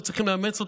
צריכים לאמץ אותו,